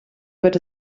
wird